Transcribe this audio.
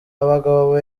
abagabo